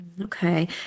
Okay